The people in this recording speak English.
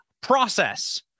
process